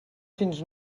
fins